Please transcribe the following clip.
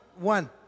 one